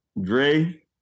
Dre